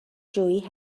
جویی